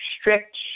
strict